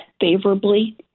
favorably